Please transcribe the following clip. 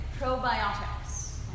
probiotics